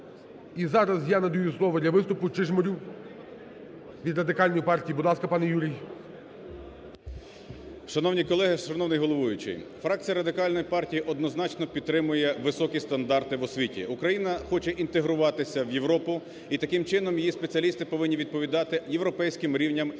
І зараз я надаю слово для виступу Чижмарю від Радикальної партії. Будь ласка, пане Юрій. 11:43:39 ЧИЖМАРЬ Ю.В. Шановні колеги! Шановний головуючий! Фракція Радикальної партії однозначно підтримує високі стандарти в освіті. Україна хоче інтегруватися в Європу і таким чином, її спеціалісти повинні відповідати європейським рівням і